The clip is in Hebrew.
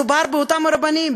מדובר באותם רבנים,